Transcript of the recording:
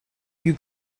you